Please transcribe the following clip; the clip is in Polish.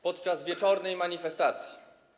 podczas wieczornej manifestacji.